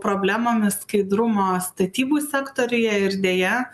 problemomis skaidrumo statybų sektoriuje ir deja